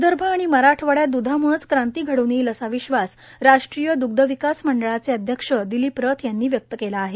विदर्भ आणि मराठवाड्यात द्धामुळेच क्रांती घडून येईल असा विश्वास राष्ट्रीय द्ग्ध विकास मंडळाचे अध्यक्ष दिलीप रथ यांनी व्यक्त केला आहे